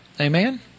Amen